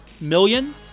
million